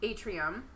Atrium